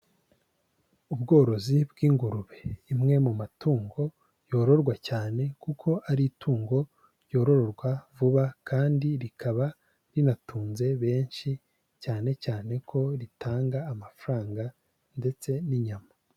Ubworozi bw'ingurube, rimwe mu matungo yororwa cyane kuko ari itungo ryororoka vuba kandi rikaba rinatunze benshi, cyane cyane ko ritanga amafaranga ndetse n'inyama.